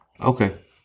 Okay